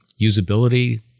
Usability